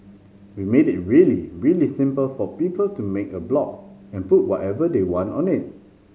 we made it really really simple for people to make a blog and put whatever they want on it